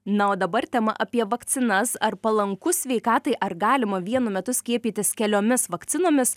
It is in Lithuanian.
na o dabar tema apie vakcinas ar palanku sveikatai ar galima vienu metu skiepytis keliomis vakcinomis